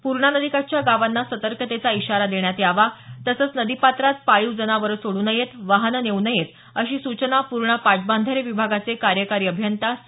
पूर्णा नदीकाठच्या गावांना सतर्कतेचा ईशारा देण्यात यावा तसंच नदीपात्रात पाळीव जनावरं सोडू नयेत वाहन नेऊ नये अशा सूचना पूर्णा पाटबंधारे विभागाचे कार्यकारी अभियंता सं